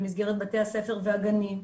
במסגרת בתי הספר והגנים,